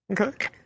Okay